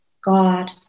god